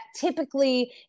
typically